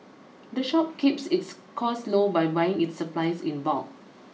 the shop keeps its costs low by buying its supplies in bulk